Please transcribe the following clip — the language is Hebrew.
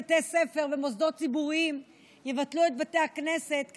בבתי ספר ובמוסדות ציבוריים יבטלו את בתי הכנסת,